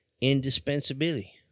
Indispensability